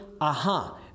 aha